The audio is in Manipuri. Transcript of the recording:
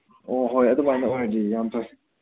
ꯑꯣ ꯍꯣꯏ ꯑꯗꯨꯃꯥꯏꯅ ꯑꯣꯏꯔꯗꯤ ꯌꯥꯝ ꯐꯩ